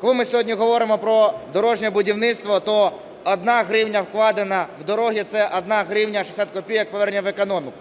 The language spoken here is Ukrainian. Коли ми сьогодні говоримо про дорожнє будівництво, то 1 гривня, вкладена в дороги, – це 1 гривня 60 копійок повернення в економіку.